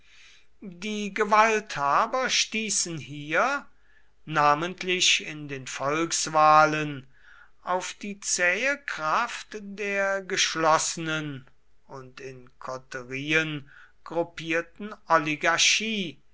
die gewalthaber stießen hier namentlich in den volkswahlen auf die zähe kraft der geschlossenen und in koterien gruppierten oligarchie